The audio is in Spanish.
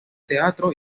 teatro